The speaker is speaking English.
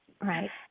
Right